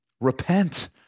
repent